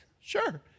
sure